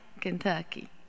Kentucky